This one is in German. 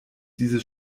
dieses